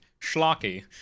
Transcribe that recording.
schlocky